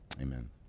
Amen